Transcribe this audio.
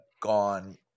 gone –